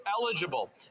eligible